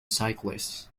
cyclists